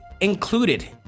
included